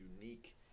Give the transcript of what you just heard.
unique